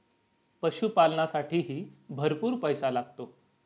पशुपालनालासाठीही भरपूर पैसा लागतो